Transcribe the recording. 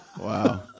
wow